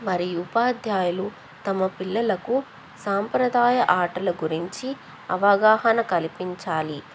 మరియు ఉపాధ్యాయులు తమ పిల్లలకు సాంప్రదాయ ఆటల గురించి అవగాహన కల్పించాలి